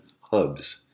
hubs